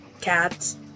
cats